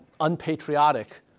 unpatriotic